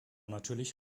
natürlich